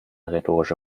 rhetorische